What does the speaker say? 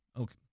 Okay